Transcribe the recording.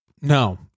No